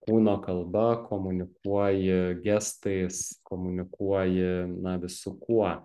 kūno kalba komunikuoji gestais komunikuoji na visu kuo